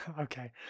Okay